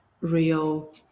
real